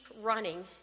running